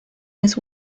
his